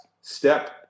step